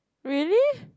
really